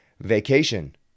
Vacation